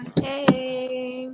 Hey